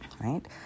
right